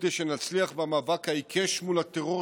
כדי שנצליח במאבק העיקש מול הטרור,